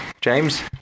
James